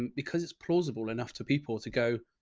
and because it's plausible enough to people to go.